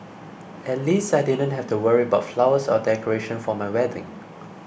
at least I didn't have to worry about flowers or decoration for my wedding